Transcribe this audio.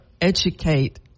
educate